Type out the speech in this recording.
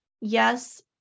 yes